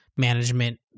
management